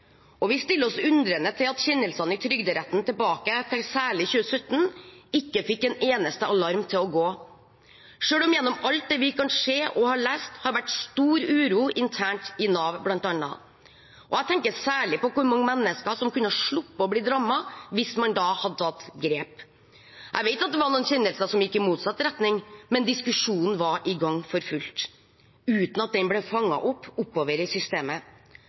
og vi stiller oss undrende til at kjennelsene i Trygderetten tilbake til særlig 2017 ikke fikk en eneste alarm til å gå, selv om det gjennom alt det vi kan se og har lest, har vært stor uro internt bl.a. i Nav. Jeg tenker særlig på hvor mange mennesker som kunne ha sluppet å bli rammet hvis man da hadde tatt grep. Jeg vet at det var noen kjennelser som gikk i motsatt retning, men diskusjonen var i gang for fullt, uten at den ble fanget opp oppover i systemet.